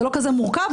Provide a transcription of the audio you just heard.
זה לא כזה מורכב,